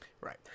Right